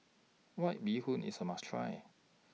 White Bee Hoon IS A must Try